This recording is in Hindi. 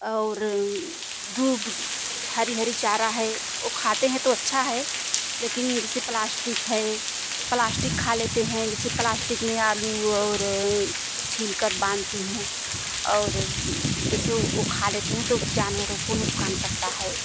और दुब हरी हरी चारा है ओ खाते हैं तो अच्छा है लेकिन जैसे प्लास्टिक है प्लास्टिक खा लेते हैं जैसे प्लास्टिक में आलू और छिल कर बाँधती हूँ और इससे वो खा लेते है तो जानवरों को नुकसान करता है